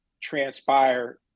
transpire